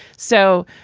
so,